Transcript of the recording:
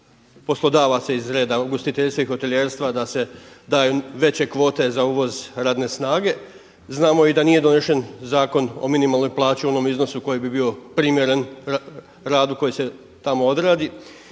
poslodavaca iz reda ugostiteljstva i hotelijerstva da se daju veće kvote za uvoz radne snage. Znamo i da nije donesen Zakon o minimalnoj plaći u onom iznosu koji bi bio primjeren radu koji se tamo odradi.